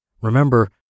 Remember